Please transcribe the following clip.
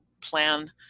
plan